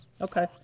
Okay